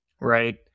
Right